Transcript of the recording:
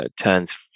turns